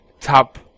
top